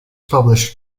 published